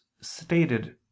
stated